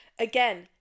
Again